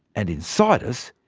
and inside us,